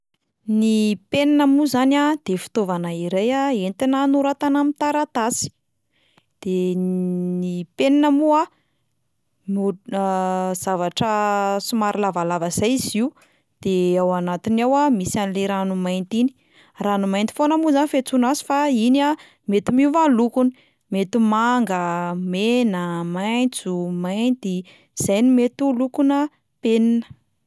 Ny penina moa zany a de fitaovana iray a entina anoratana amin'ny taratasy de n- ny penina moa no zavatra somary lavalava zay izy io, de ao anatiny ao a misy an'le ranomainty iny, ranomainty foana moa zany fiantsoana azy fa iny a mety miova ny lokony, mety manga, mena, maitso, mainty; zany no mety ho lokona penina.